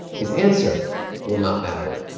his answer will not matter.